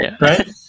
right